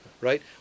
Right